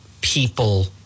people